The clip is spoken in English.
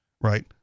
right